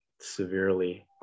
severely